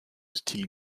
style